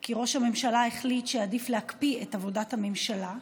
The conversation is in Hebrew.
כי ראש הממשלה החליט שעדיף להקפיא את עבודת הממשלה,